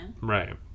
right